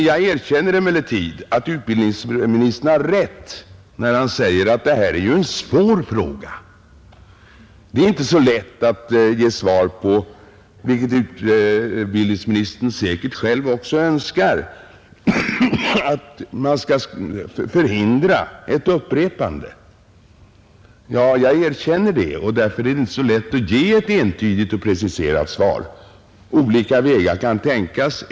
Jag erkänner emellertid att utbildningsministern har rätt, när han säger att det här är en svår fråga. Det är inte lätt att ge svar på, vilket utbildningsministern säkert önskar att han kunde, hur man skall förhindra ett upprepande. Det är inte lätt att ge ett entydigt och preciserat svar, men olika vägar kan tänkas.